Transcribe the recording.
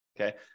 Okay